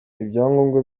ibyangombwa